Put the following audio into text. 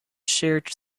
shared